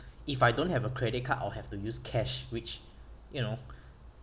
if I don't have a credit card or have to use cash which you know